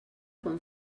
quan